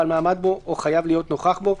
בעל מעמד בו או חייב להיות נוכח בו,